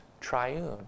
triune